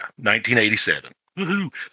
1987